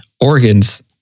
organs